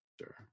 Sure